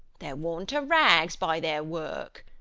they're worn to rags by their work.